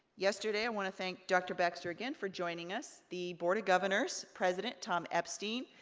yesterday, i wanna thank dr. baxter again for joining us. the board of governors president, tom epstein,